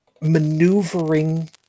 maneuvering